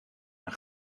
een